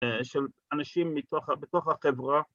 ‫של אנשים בתוך החברה.